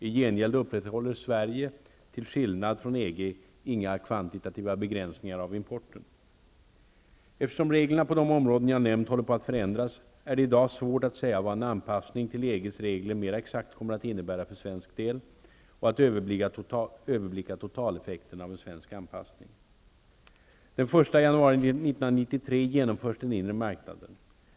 I gengäld upprätthåller Sverige -- till skillnad från Eftersom reglerna på de områden som jag har nämnt håller på att förändras, är det i dag svårt att säga vad en anpassning till EG:s regler mera exakt kommer att innebära för svensk del och att överblicka totaleffekten av en svensk anpassning.